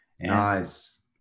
Nice